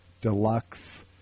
deluxe